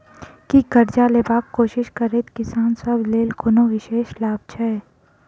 की करजा लेबाक कोशिश करैत किसान सब लेल कोनो विशेष लाभ छै?